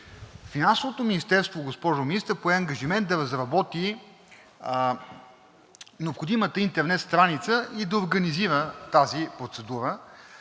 Финансовото министерство, госпожо Министър, пое ангажимент да разработи необходимата интернет страница и да организира тази процедура,